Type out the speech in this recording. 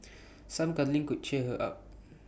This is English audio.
some cuddling could cheer her up